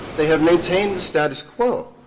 they have maintained the status quo.